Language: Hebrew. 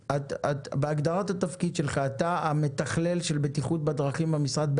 בהגדרת התפקיד שלך אתה המתכלל של בטיחות בדרכים במשרד?